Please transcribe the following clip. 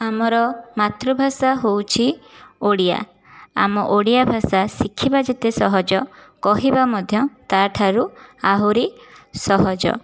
ଆମର ମାତୃଭାଷା ହେଉଛି ଓଡ଼ିଆ ଆମ ଓଡ଼ିଆ ଭାଷା ଶିଖିବା ଯେତେ ସହଜ କହିବା ମଧ୍ୟ ତା'ଠାରୁ ଆହୁରି ସହଜ